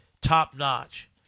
top-notch